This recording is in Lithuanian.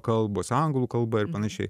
kalbos anglų kalba ir panašiai